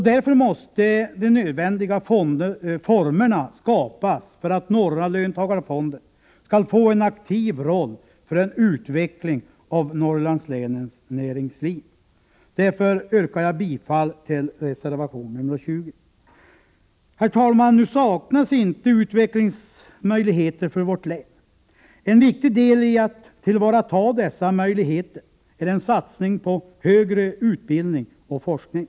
Därför måste de nödvändiga formerna skapas för att Norra löntagarfonden skall få en aktiv roll för en utveckling av Norrlandslänens näringsliv. Jag yrkar därför bifall till reservation nr 20. Herr talman! Nu saknas inte utvecklingsmöjligheter för vårt län. En viktig del i att tillvarata dessa möjligheter är en satsning på högre utbildning och forskning.